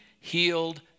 healed